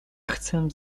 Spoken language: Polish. chcę